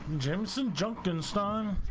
um so in jenkins time